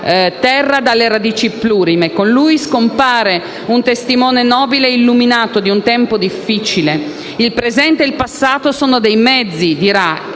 terra, dalle radici plurime. Con lui scompare un testimone nobile e illuminato di un tempo difficile. Il presente e il passato sono dei mezzi - dirà